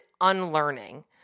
unlearning